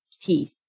teeth